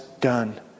done